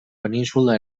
península